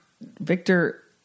Victor